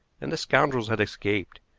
and the scoundrels had escaped,